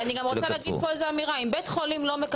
אני לא מדבר עכשיו על שום דבר אחר.